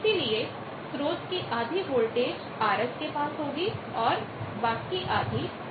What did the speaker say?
इसलिए स्रोत की आधी वोल्टेज RS के पास होगी और बाकी आधी RL के पास